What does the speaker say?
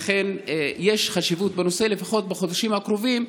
לכן יש חשיבות לנושא, לפחות בחודשים הקרובים,